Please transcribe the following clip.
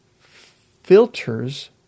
filters